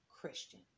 Christian